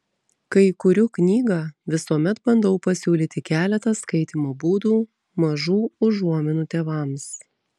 kai kuriu knygą visuomet bandau pasiūlyti keletą skaitymo būdų mažų užuominų tėvams